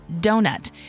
Donut